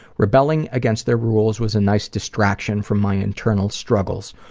rebelling against the rules was a nice distraction from my internal struggles.